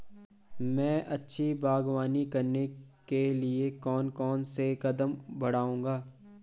मैं अच्छी बागवानी करने के लिए कौन कौन से कदम बढ़ाऊंगा?